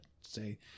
say